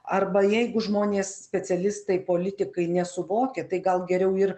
arba jeigu žmonės specialistai politikai nesuvokia tai gal geriau ir